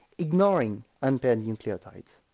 ignoring unpaired nucleotides.